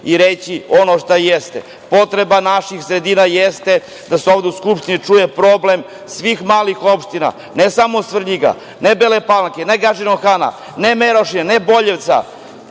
i reći ono što jeste. Potreba naših sredina jeste da se ovde u Skupštini čuje problem svih malih opština, ne samo Svrljiga, ne Bele Palanke, ne Gadžinog Hana, ne Merošine, ne Boljevca,